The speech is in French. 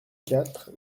quatre